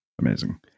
Amazing